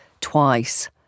twice